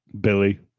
Billy